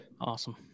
Awesome